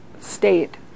state